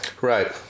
Right